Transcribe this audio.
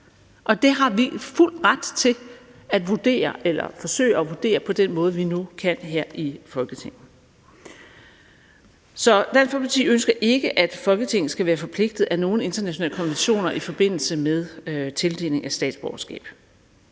Det har vi fuld ret til at forsøge at vurdere på den måde, vi nu kan her i Folketinget. Så Dansk Folkeparti ønsker ikke, at Folketinget skal være forpligtet af nogen internationale konventioner i forbindelse med tildeling af statsborgerskab.